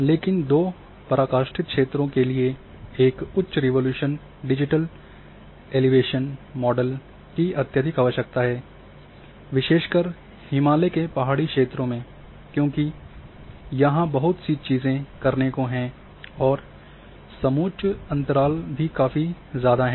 लेकिन दो पराकाष्ठा क्षेत्रों के लिए एक उच्च रिज़ॉल्यूशन डिजिटल एलिवेशन मॉडल की अत्यधिक आवश्यकता है विशेषकर हिमालय के पहाड़ी क्षेत्रों में क्योंकि यहाँ बहुत सी चीजें करने को हैं और समोच्च अंतराल भी काफी ज़्यादा है